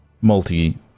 multi